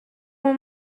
mon